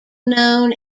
known